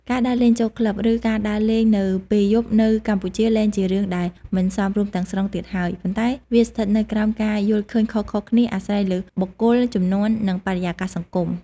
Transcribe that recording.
ការដើរលេងចូលក្លឹប ឬការដើរលេងនៅពេលយប់នៅកម្ពុជាលែងជារឿងដែលមិនសមរម្យទាំងស្រុងទៀតហើយ ប៉ុន្តែវាស្ថិតនៅក្រោម ការយល់ឃើញខុសៗគ្នា អាស្រ័យលើបុគ្គល ជំនាន់ និងបរិយាកាសសង្គម ។